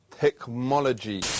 Technology